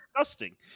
disgusting